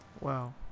Wow